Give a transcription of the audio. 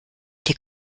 die